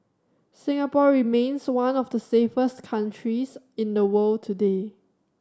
Singapore remains one of the safest countries in the world today